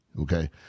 Okay